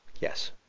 Yes